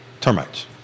termites